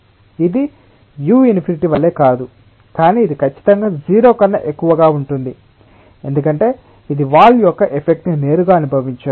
ఇది u∞ వలె కాదు కానీ ఇది ఖచ్చితంగా 0 కన్నా ఎక్కువగా ఉంటుంది ఎందుకంటే ఇది వాల్ యొక్క ఎఫెక్ట్ ని నేరుగా అనుభవించదు